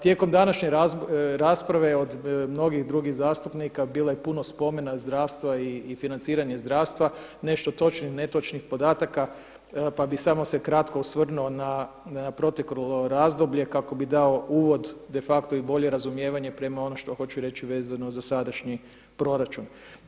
Tijekom današnje rasprave od mnogih drugih zastupnika bilo je puno spomena zdravstva i financiranje zdravstva, nešto točnih, netočnih podataka pa bi samo se kratko osvrnuo na proteklo razdoblje kako bi dao uvod de facto i bolje razumijevanje prema onom što vam hoću reći vezano za sadašnji proračun.